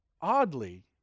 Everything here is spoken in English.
oddly